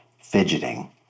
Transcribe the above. fidgeting